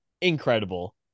incredible